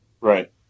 Right